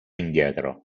indietro